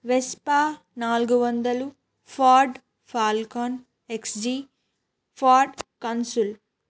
Vespa నాలుగు వందలు Ford Falcon X G Ford console